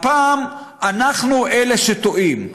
הפעם אנחנו אלה שטועים,